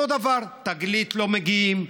אותו דבר: תגלית לא מגיעים,